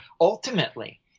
ultimately